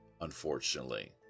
unfortunately